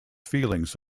feelings